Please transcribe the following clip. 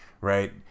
right